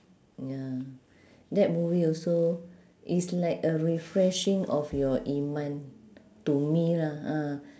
ya that movie also is like a refreshing of your iman to me lah ah